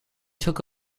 took